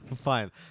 fine